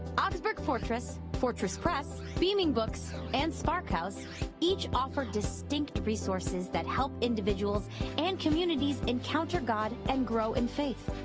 augsburg fortress, fortress press, beaming books and sparkhouse each offer distinct resources that help individuals and communities encounter god and grow in faith.